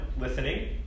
listening